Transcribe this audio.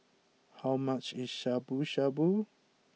how much is Shabu Shabu